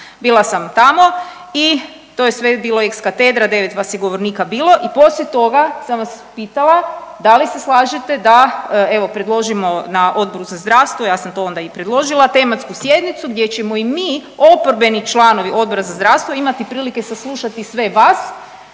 bila sam tamo i to je sve bilo ex katedra, 9 vas je govornika bilo i posije toga sam vas pitala da li se slažete da evo predložimo na Odboru za zdravstvo, ja sam to onda i predložila, tematsku sjednicu gdje ćemo i mi oporbeni članovi Odbora za zdravstvo imati prilike saslušati sve vas